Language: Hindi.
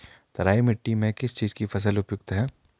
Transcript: तराई मिट्टी में किस चीज़ की फसल उपयुक्त है?